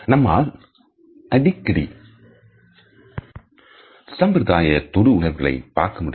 நம்மால் அடிக்கடி சம்பிரதாய தொடு உணர்வுகளை பார்க்க முடியும்